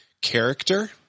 character